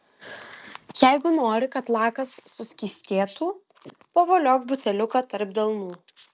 jeigu nori kad lakas suskystėtų pavoliok buteliuką tarp delnų